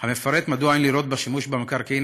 המפרט מדוע אין לראות בשימוש במקרקעין